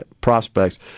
prospects